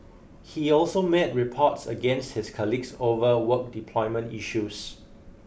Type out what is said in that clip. he also made reports against his colleagues over work deployment issues